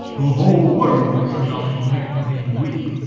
the whole world should not make me weep.